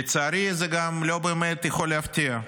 לצערי, זה גם לא באמת יכול להפתיע.